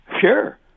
Sure